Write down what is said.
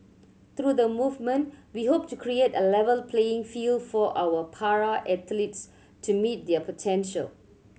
through the movement we hope to create a level playing field for our para athletes to meet their potential